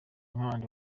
nk’abandi